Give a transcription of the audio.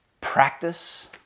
practice